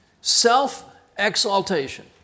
Self-exaltation